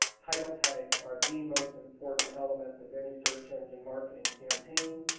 title tags are the most important element of any search-engine marketing campaign.